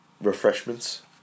refreshments